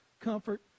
comfort